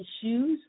issues